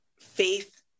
faith